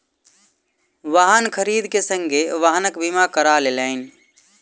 वाहन खरीद के संगे वाहनक बीमा करा लेलैन